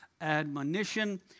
admonition